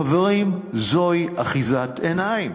חברים, זוהי אחיזת עיניים.